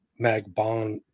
Magbon